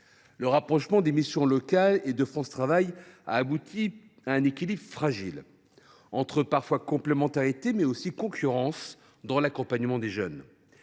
Le rapprochement des missions locales et de France Travail a abouti à un équilibre fragile, entre complémentarité et concurrence dans l’accompagnement des jeunes.